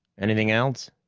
anything else?